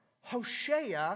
Hoshea